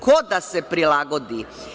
Ko da se prilagodi?